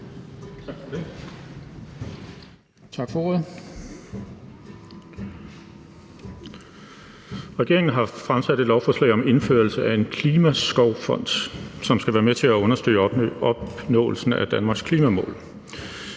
Regeringen har fremsat et lovforslag om indførelse af en klimaskovfond, som skal være med til at understøtte opnåelsen af Danmarks klimamål.